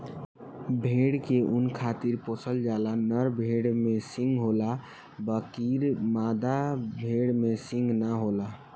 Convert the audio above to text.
भेड़ के ऊँन खातिर पोसल जाला, नर भेड़ में सींग होला बकीर मादा भेड़ में सींग ना होला